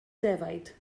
defaid